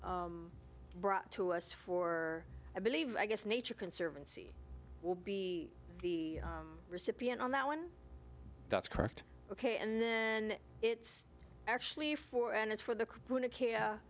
brought to us for i believe i guess nature conservancy will be the recipient on that one that's correct ok and then it's actually four and it's for the